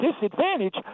disadvantage